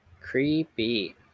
Creepy